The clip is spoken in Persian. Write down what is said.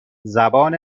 زبان